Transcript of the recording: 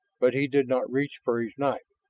but he did not reach for his knife.